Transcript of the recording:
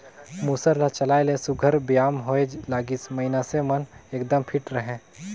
मूसर ल चलाए ले सुग्घर बेयाम होए लागिस, मइनसे मन एकदम फिट रहें